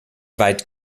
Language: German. weit